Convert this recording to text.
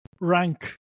rank